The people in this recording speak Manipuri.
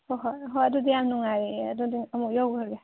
ꯍꯣꯏ ꯍꯣꯏ ꯍꯣꯏ ꯑꯗꯨꯗꯤ ꯌꯥꯝ ꯅꯨꯡꯉꯥꯏꯔꯦ ꯑꯗꯨꯗꯤ ꯑꯃꯨꯛ ꯌꯧꯈ꯭ꯔꯒꯦ